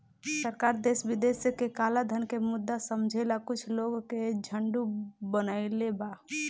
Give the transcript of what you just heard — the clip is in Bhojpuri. सरकार देश विदेश के कलाधन के मुद्दा समझेला कुछ लोग के झुंड बनईले बा